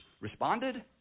responded